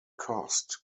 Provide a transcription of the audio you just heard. cost